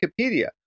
Wikipedia